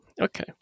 Okay